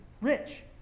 rich